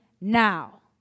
now